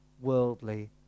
worldly